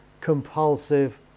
compulsive